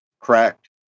Correct